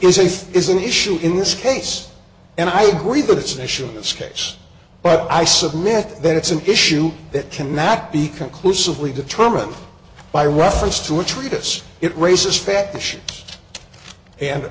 safe is an issue in this case and i agree that it's an issue in this case but i submit that it's an issue that cannot be conclusively determined by reference to a treatise it raises fetish and